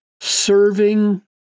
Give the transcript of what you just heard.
serving